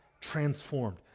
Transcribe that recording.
transformed